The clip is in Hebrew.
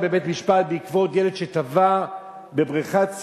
בבית-משפט בעקבות טביעת ילד בבריכת שחייה,